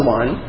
one